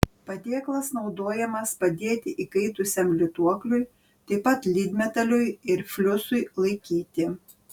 padėklas naudojamas padėti įkaitusiam lituokliui taip pat lydmetaliui ir fliusui laikyti